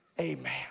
Amen